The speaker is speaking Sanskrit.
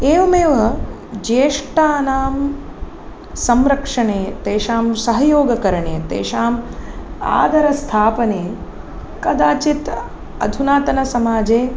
एवमेव ज्येष्ठानां संरक्षणे तेषां सहयोगकरणे तेषाम् आदरस्थापने कदाचित् अधुनातनसमाजे